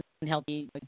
unhealthy